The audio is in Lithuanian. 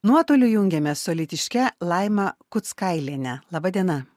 nuotoliu jungiamės su alytiške laima kuckailiene laba diena